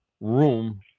room